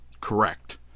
Correct